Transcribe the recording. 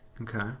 Okay